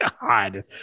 God